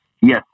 Yes